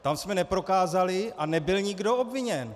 Tam jsme neprokázali a nebyl nikdo obviněn.